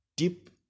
deep